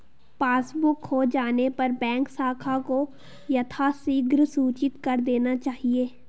passbook खो जाने पर बैंक शाखा को यथाशीघ्र सूचित कर देना चाहिए